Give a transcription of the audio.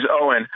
Owen